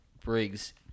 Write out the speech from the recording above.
Briggs